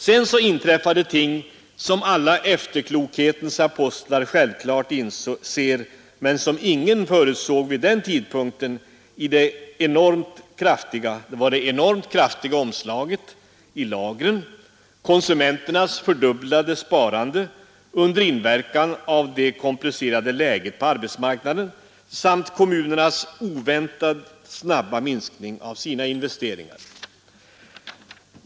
Sedan inträffade ting som alla efterklokhetens apostlar självklart inser men som ingen förutsåg vid den tidpunkten, nämligen det enormt kraftiga omslaget i lagren, konsumenternas fördubblade sparande under inverkan av det komplicerade läget på arbetsmarknaden samt kommunernas oväntat snabba minskning av sina investeringar.